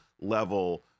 level